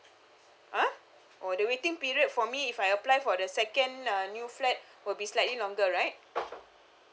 uh oh the waiting period for me if I apply for the second uh new flat would be slightly longer right